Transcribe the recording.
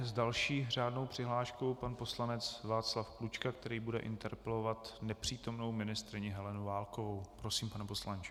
S další řádnou přihláškou pan poslanec Václav Klučka, který bude interpelovat nepřítomnou ministryni Helenu Válkovou, Prosím, pane poslanče.